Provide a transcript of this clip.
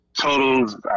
totals